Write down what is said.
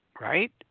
right